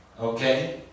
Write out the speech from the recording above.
okay